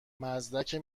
مزدک